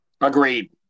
Agreed